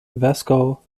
vasco